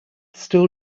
still